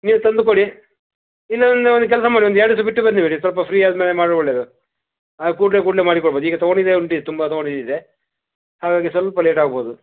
ನೀವು ತಂದು ಕೊಡಿ ಇಲ್ಲ ಒಂದು ಒಂದು ಕೆಲಸ ಮಾಡಿ ಒಂದು ಎರಡು ದಿವಸ ಬಿಟ್ಟು ಬನ್ನಿ ಇವರೆ ಸ್ವಲ್ಪ ಫ್ರೀ ಆದಮೇಲೆ ಮಾಡಿರೆ ಒಳ್ಳೇದು ಆಗ ಕೂಡಲೆ ಕೂಡಲೆ ಮಾಡಿ ಕೊಡ್ಬೋದು ಈಗ ತಗೊಂಡಿದ್ದೆ ಉಂಟು ಈಗ ತುಂಬ ತಗೊಂಡಿದ್ದು ಇದೆ ಹಾಗಾಗಿ ಸ್ವಲ್ಪ ಲೇಟ್ ಆಗ್ಬೋದು